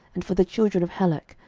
and for the children of helek,